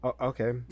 Okay